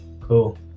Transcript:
Cool